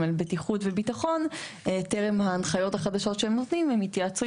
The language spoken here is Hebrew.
על בטיחות וביטחון טרם ההנחיות החדשות שהם נותנים הם יתייעצו